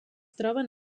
troben